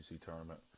tournament